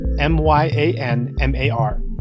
m-y-a-n-m-a-r